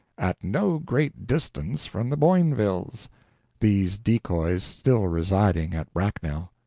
at no great distance from the boinvilles these decoys still residing at bracknell.